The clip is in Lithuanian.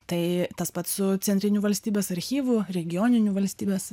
tai tas pats su centriniu valstybės archyvu regioniniu valstybės